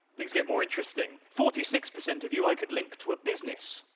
things get more interesting. forty-six percent of you i could link to a business,